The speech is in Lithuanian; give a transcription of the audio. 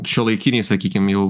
šiuolaikinei sakykim jau